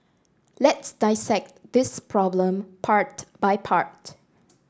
let's dissect this problem part by part